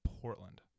portland